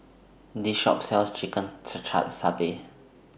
This Shop sells Chicken Satay